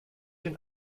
den